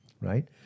right